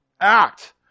act